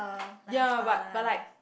ya but but like